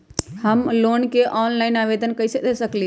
हम लोन के ऑनलाइन आवेदन कईसे दे सकलई ह?